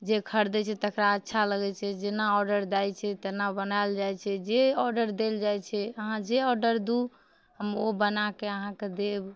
जे खरीदै छै तेकरा अच्छा लगै छै जेना ऑर्डर दै छै तेना बनाएल जाइ छै जे ऑर्डर देल जाइ छै अहाँ जे ऑर्डर दू हम ओ बनाके अहाँके देब